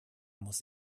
muss